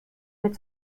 mit